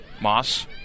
Moss